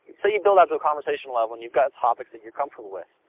say you build out to conversational level and you've got topics that you're comfortable with,